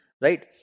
right